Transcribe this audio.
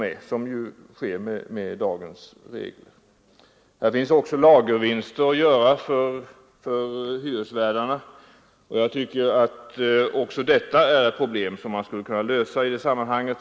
Vid snabba prisstegringar finns också lagervinster att göra för hyresvärdarna. Även detta är ett problem som man borde kunna lösa i sammanhanget.